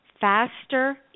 faster